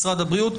משרד הבריאות.